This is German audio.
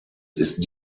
ist